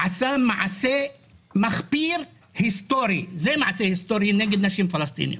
עשה מעשה מחפיר היסטורית נגד נשים ואימהות פלסטיניות.